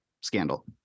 scandal